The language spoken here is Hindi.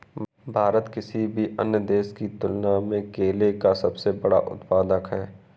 भारत किसी भी अन्य देश की तुलना में केले का सबसे बड़ा उत्पादक है